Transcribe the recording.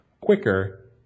quicker